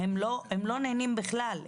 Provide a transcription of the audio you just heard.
הם לא נהנים בכלל.